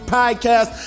podcast